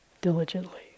diligently